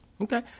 okay